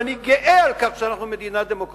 ואני גאה על כך שאנחנו מדינה דמוקרטית,